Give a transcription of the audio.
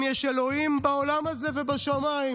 אם יש אלוהים בעולם הזה ובשמיים,